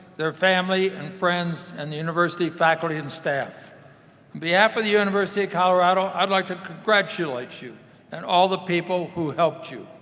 their family and friends, and the university faculty and staff. on behalf of the university of colorado i'd like to congratulate you and all the people who helped you.